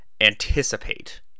anticipate